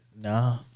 Nah